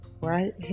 right